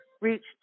reached